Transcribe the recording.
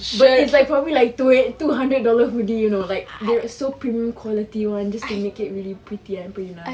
but is like probably like two a two hundred dollar hoodie you know like there uh so premium quality [one] just to make it really pretty and really nice